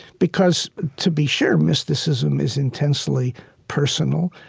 because to be sure, mysticism is intensely personal,